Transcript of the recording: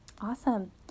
Awesome